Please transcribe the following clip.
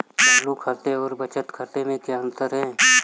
चालू खाते और बचत खाते में क्या अंतर है?